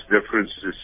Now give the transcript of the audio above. differences